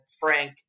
Frank